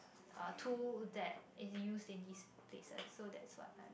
uh tool that is used in these places so that's why I